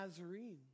Nazarene